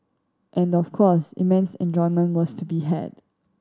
and of course immense enjoyment was to be had